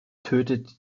tötet